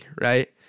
right